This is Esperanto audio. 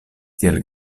tiel